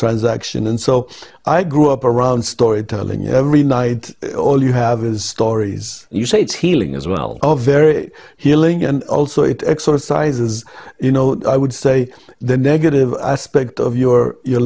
transaction and so i grew up around storytelling every night all you have is stories you say it's healing as well of very healing and also it exercises you know i would say the negative aspect of your your